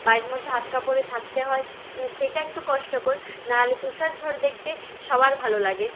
বাড়ির মধ্যে আটকা পড়ে থাকতে হয় সেটা একটু কষ্টকর না হলে তুষার ঝড় দেখতে সবার ভালো লাগে